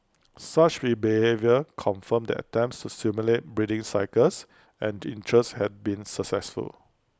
such be behaviour confirmed that attempts to stimulate breeding cycles and interest had been successful